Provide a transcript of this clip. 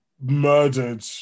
murdered